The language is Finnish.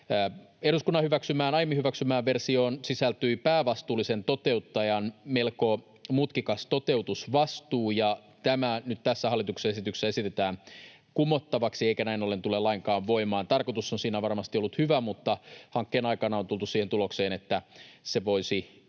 Eduskunnan aiemmin hyväksymään versioon sisältyi päävastuullisen toteuttajan melko mutkikas toteutusvastuu, ja tämä nyt tässä hallituksen esityksessä esitetään kumottavaksi eikä näin ollen tule lainkaan voimaan. Tarkoitus on siinä varmasti ollut hyvä, mutta hankkeen aikana on tultu siihen tulokseen, että se voisi entisestään